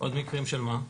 עוד מקרים של מה?